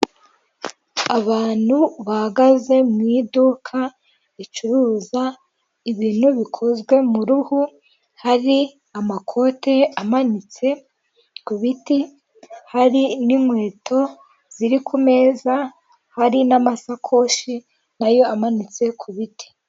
Abantu bahagaze mu iduka ricuruza ibintu bikozwe mu ruhu, hari amakoti amanitse ku biti, hari n'inkweto ziri ku meza, hari n'amasakoshi nayo amanitse ku biti.